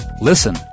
Listen